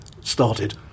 started